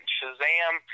Shazam